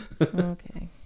Okay